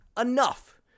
enough